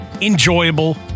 enjoyable